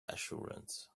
assurance